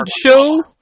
show